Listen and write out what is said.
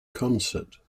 concert